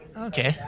Okay